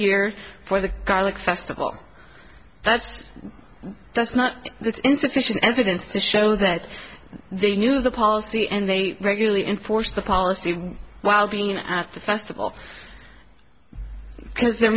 year for the garlic festival that's that's not that's insufficient evidence to show that they knew the policy and they regularly enforce the policy while being at the festival because their